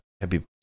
happy